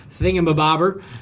thingamabobber